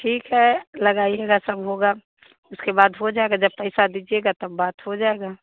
ठीक है लगाइएगा सब होगा उसके बाद हो जाएगा जब पैसा दीजिएगा तब बात हो जाएगा